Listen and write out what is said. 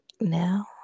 now